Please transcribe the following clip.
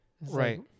Right